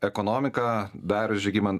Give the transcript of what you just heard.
ekonomiką daro žygiman